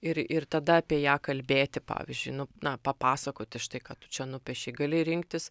ir ir tada apie ją kalbėti pavyzdžiui nu na papasakoti štai ką tu čia nupiešei gali rinktis